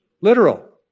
Literal